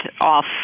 off